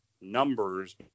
numbers